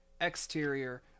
exterior